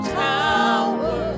tower